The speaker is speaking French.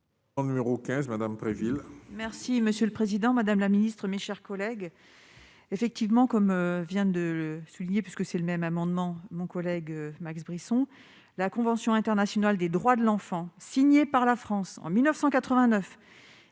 Au numéro 15 Madame Préville. Merci monsieur le président, madame la ministre, mes chers collègues, effectivement, comme vient de le souligner parce que c'est le même amendement mon collègue Max Brisson, la convention internationale des droits de l'enfant, signée par la France en 1989